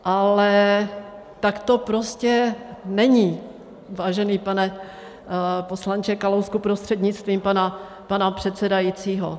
Ale tak to prostě není, vážený pane poslanče Kalousku prostřednictvím pana předsedajícího.